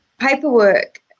Paperwork